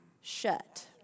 shut